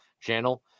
channel